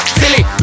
silly